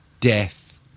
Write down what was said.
death